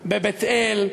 בבית-אל,